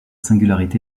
singularité